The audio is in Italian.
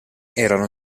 erano